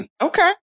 Okay